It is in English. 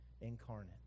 incarnate